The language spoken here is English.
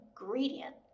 ingredient